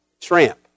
tramp